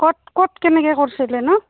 ক'ত ক'ত কেনেকে কৰিছিলি নো